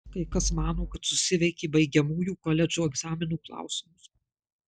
kai kas mano kad susiveikė baigiamųjų koledžo egzaminų klausimus